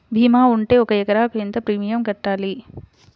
భీమా ఉంటే ఒక ఎకరాకు ఎంత ప్రీమియం కట్టాలి?